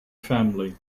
family